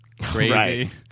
crazy